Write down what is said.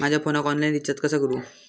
माझ्या फोनाक online recharge कसा करू?